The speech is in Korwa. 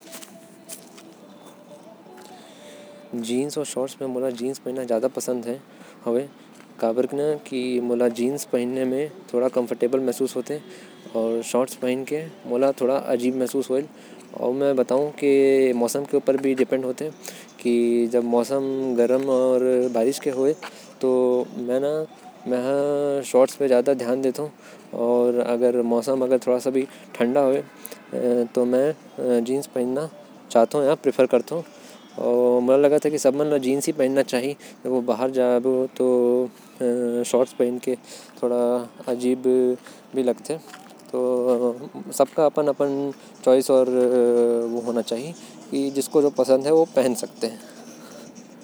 जीन्स अउ शॉर्ट्स में मोके जीन्स पसंद आथे। मोके जीन्स में अच्छा लगेल। शॉर्ट्स में कभी में बाहर जाहूं तो मोके खुद खराब लागहि ।